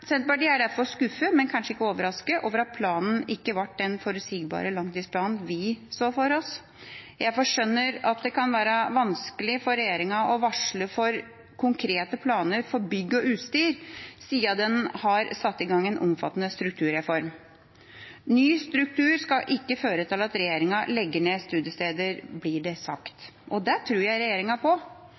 Senterpartiet er derfor skuffet, men kanskje ikke overrasket over, at planen ikke ble den forutsigbare langtidsplanen vi så for oss. Jeg skjønner at det kan være vanskelig for regjeringa å varsle om konkrete planer for bygg og utstyr, siden den har satt i gang en omfattende strukturreform. Ny struktur skal ikke føre til at regjeringa legger ned studiesteder, blir det sagt. Det tror jeg regjeringa på,